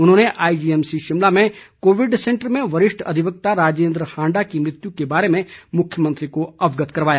उन्होंने आईजीएमसी शिमला में Covid centre में वरिष्ठ अधिवक्ता राजेन्द्र हांडा की मृत्यु के बारे में मुख्यमंत्री को अवगत कराया